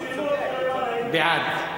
צילמו אותך, בעד.